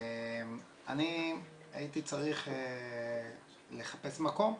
אני הייתי צריך לחפש מקום,